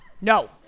No